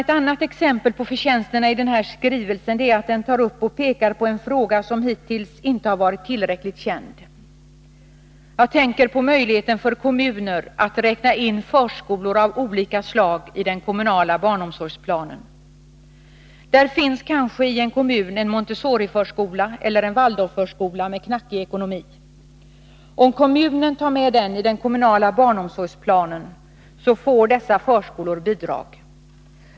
Ett annat exempel på förtjänsterna i den här skrivelsen är att den tar upp och pekar på en fråga som hittills inte har varit tillräckligt känd. Jag tänker på möjligheten för kommuner att räkna in förskolor av olika slag i den kommunala barnomsorgsplanen. Där finns kanske i en kommun en Montessoriförskola eller en Waldorfförskola med knackig ekonomi. Om kommunen tar med dem i den kommunala barnomsorgsplanen får dessa förskolor bidrag.